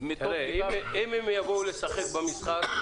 אם הם יבואו לשחק במשחק,